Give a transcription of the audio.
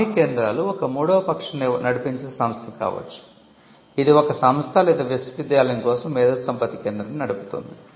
బాహ్య కేంద్రాలు ఒక మూడవ పక్షం నడిపించే సంస్థ కావచ్చు ఇది ఒక సంస్థ లేదా విశ్వవిద్యాలయం కోసం మేధోసంపత్తి కేంద్రాన్ని నడుపుతుంది